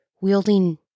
wielding